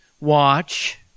watch